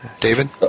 David